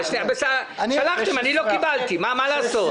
שלחתם אבל אני לא קיבלתי, מה לעשות.